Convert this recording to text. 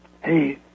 Hey